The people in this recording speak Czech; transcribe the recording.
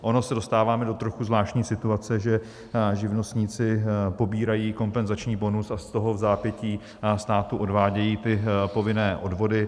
Ono se dostáváme do trochu zvláštní situace, že živnostníci pobírají kompenzační bonus a z toho vzápětí státu odvádějí povinné odvody.